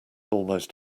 almost